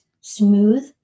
smooth